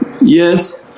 Yes